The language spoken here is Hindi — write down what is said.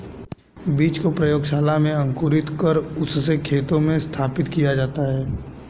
बीज को प्रयोगशाला में अंकुरित कर उससे खेतों में स्थापित किया जाता है